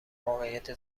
واقعیت